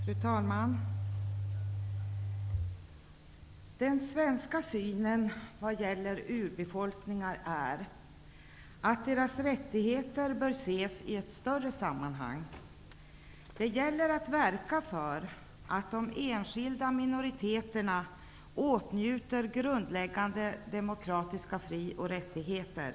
Fru talman! Enligt den svenska synen på urbefolkningar bör deras rättigheter ses i ett större sammanhang. Det gäller att verka för att de enskilda minoriteterna åtnjuter grundläggande demokratiska fri och rättigheter.